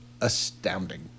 astounding